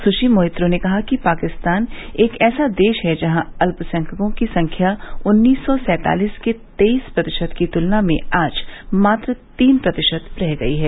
स्श्री मोइत्रो ने कहा कि पाकिस्तान एक ऐसा देश है जहां अल्पसंख्यकों की संख्या उन्नीस सौ सैंतालिस के तेईस प्रतिशत की तुलना में आज मात्र तीन प्रतिशत रह गई है